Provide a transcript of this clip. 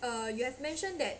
uh you have mentioned that